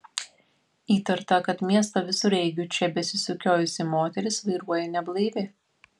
įtarta kad miesto visureigiu čia besisukiojusi moteris vairuoja neblaivi